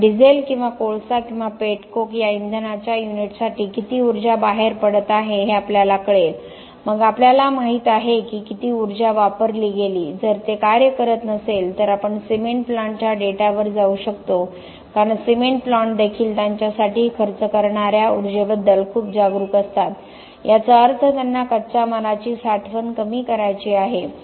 त्यामुळे डिझेल किंवा कोळसा किंवा पेट कोक या इंधनाच्या युनिटसाठी किती ऊर्जा बाहेर पडत आहे हे आपल्याला कळेल मग आपल्याला माहित आहे की किती ऊर्जा वापरली गेली जर ते कार्य करत नसेल तर आपण सिमेंट प्लांटच्या डेटावर जाऊ शकतो कारण सिमेंट प्लांट देखील त्यांच्यासाठी खर्च करणार्या ऊर्जेबद्दल खूप जागरूक असतात याचा अर्थ त्यांना कच्च्या मालाची साठवण कमी करायची आहे